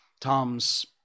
Tom's